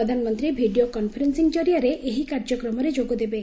ପ୍ରଧାନମନ୍ତ୍ରୀ video conferencing କରିଆରେ ଏହି କାର୍ଯ୍ୟକ୍ରମରେ ଯୋଗଦେବେ